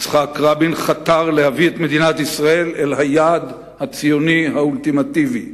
יצחק רבין חתר להביא את מדינת ישראל אל היעד הציוני האולטימטיבי: